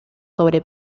sobre